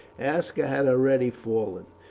aska had already fallen,